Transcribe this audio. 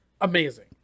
Amazing